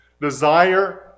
desire